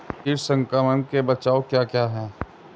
कीट संक्रमण के बचाव क्या क्या हैं?